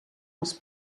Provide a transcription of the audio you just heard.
els